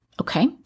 Okay